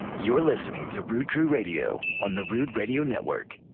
you're listening to rood crew radio on the rood radio network.